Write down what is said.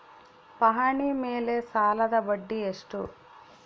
ಪಹಣಿ ಮೇಲೆ ಸಾಲದ ಬಡ್ಡಿ ಎಷ್ಟು?